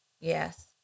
Yes